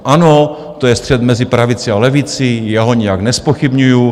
Ano, to je střet mezi pravici a levici, já ho nijak nezpochybňuju.